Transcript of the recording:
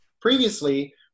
Previously